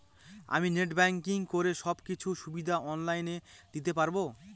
আমি net banking করে সব কিছু সুবিধা অন লাইন দিতে পারবো?